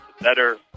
better